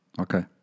Okay